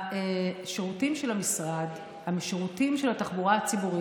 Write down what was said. אבוטבול, זכותך לא להסכים.